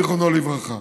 זיכרונו לברכה,